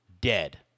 dead